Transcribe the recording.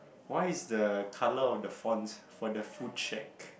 why is the colour of the fonts for the food shack